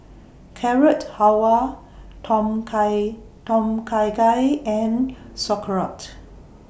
Carrot Halwa Tom Kha Tom Kha Gai and Sauerkraut